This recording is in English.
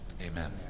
Amen